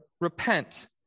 repent